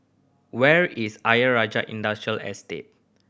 where is Ayer Rajah Industrial Estate